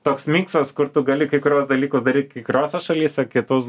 toks miksas kur tu gali kai kuriuos dalykus daryt kai kuriose šalyse kitus